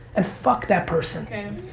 ah fuck that person.